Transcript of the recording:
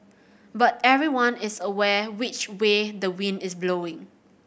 but everyone is aware which way the wind is blowing